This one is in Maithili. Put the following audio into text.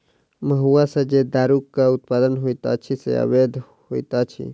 महुआ सॅ जे दारूक उत्पादन होइत अछि से अवैध होइत अछि